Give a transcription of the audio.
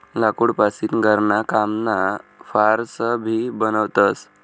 लाकूड पासीन घरणा कामना फार्स भी बनवतस